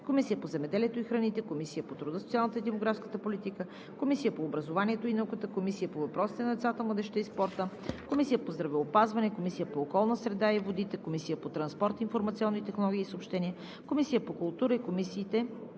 Комисията по земеделието и храните; Комисията по труда, социалната и демографската политика; Комисията по образованието и науката; Комисията по въпросите на децата, младежта и спорта; Комисията по здравеопазването; Комисията по околната среда и водите; Комисията по транспорт, информационни технологии и съобщения; Комисията по културата и медиите;